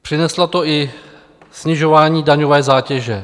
Přineslo to i snižování daňové zátěže.